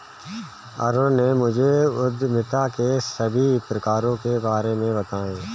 अरुण ने मुझे उद्यमिता के सभी प्रकारों के बारे में बताएं